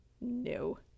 no